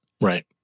Right